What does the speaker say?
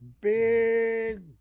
big